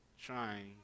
trying